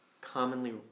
commonly